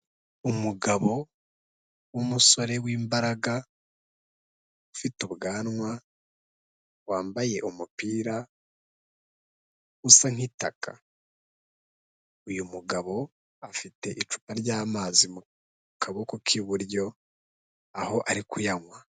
Umugabo w'umusore w'imbaraga ufite ubwanwa, wambaye umupira usa nk'itaka. Uyu mugabo afite icupa ry'amazi mu kaboko k'iburyo, aho ari kuyanywa.